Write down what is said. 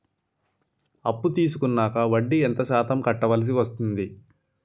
అప్పు తీసుకున్నాక వడ్డీ ఎంత శాతం కట్టవల్సి వస్తుంది?